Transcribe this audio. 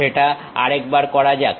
সেটা আরেকবার করা যাক